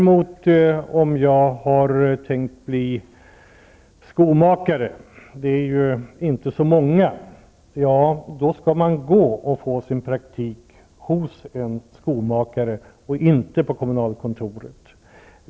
Om jag däremot har tänkt bli skomakare -- det är ju inte så många som har det -- skall jag gå och få min praktik hos en skomakare och inte på kommunalkontoret.